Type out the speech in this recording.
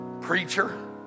preacher